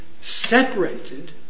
separated